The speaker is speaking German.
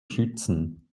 schützen